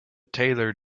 taylor